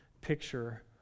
picture